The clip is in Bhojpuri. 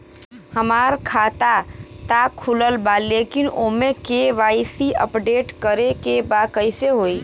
हमार खाता ता खुलल बा लेकिन ओमे के.वाइ.सी अपडेट करे के बा कइसे होई?